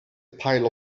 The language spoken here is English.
pile